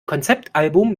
konzeptalbum